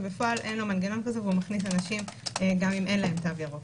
ובפועל אין לו מנגנון כזה והוא מכניס אנשים גם אם אין להם תו ירוק.